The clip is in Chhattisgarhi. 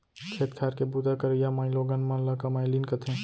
खेत खार के बूता करइया माइलोगन मन ल कमैलिन कथें